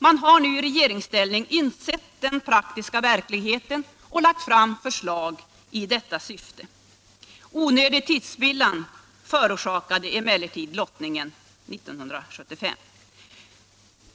Man har nu i regeringsställning accepterat den praktiska verkligheten och lagt fram förslag i detta syfte. Onödig tidsspillan förorsakade emellertid lottningens utfall 1975.